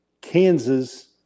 Kansas